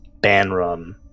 Banrum